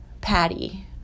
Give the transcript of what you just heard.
Patty